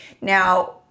Now